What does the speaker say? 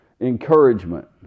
encouragement